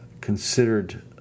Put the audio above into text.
considered